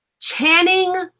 Channing